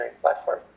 platform